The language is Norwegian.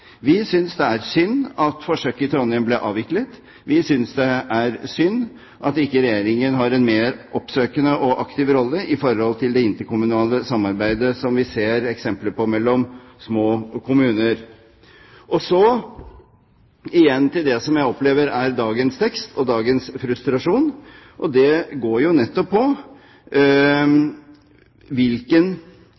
Vi synes det er synd at forsøket i Trondheim ble avviklet. Vi synes det er synd at ikke Regjeringen har en mer oppsøkende og aktiv rolle i forhold til det interkommunale samarbeidet som vi ser eksempler på mellom små kommuner. Så igjen til det som jeg opplever er dagens tekst og dagens frustrasjon: Det går